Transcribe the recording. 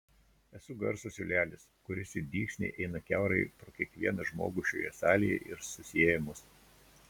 esu garso siūlelis kuris it dygsniai eina kiaurai pro kiekvieną žmogų šioje salėje ir susieja mus